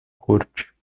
corte